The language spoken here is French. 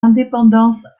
indépendance